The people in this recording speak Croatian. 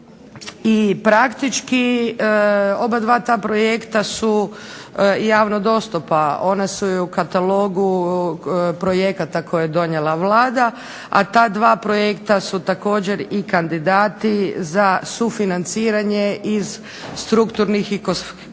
i praktički oba dva projekta su javno dostupna, ona su u katalogu projekata koje je donijela Vlada, a ta dva projekta su također i kandidati za sufinanciranje strukturnih i kohezijskih